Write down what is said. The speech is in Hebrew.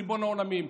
ריבון העולמים.